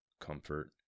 comfort